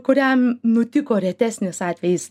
kuriam nutiko retesnis atvejis